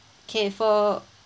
okay for